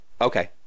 okay